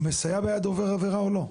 הוא מסייע ביד עובר העבירה, או לא?